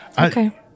Okay